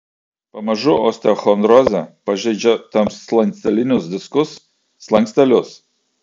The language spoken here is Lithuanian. pamažu osteochondrozė pažeidžia tarpslankstelinius diskus slankstelius